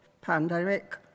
pandemic